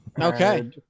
Okay